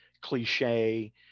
cliche